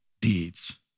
deeds